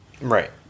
Right